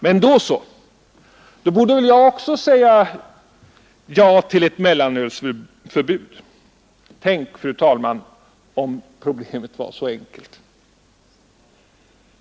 Men då borde väl jag också säga ja till ett mellanölsförbud? Tänk, fru talman, om problemet var så enkelt!